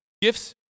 Gifts